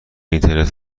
اینترنت